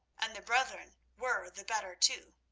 and the brethren were the better two.